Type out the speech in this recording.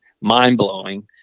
mind-blowing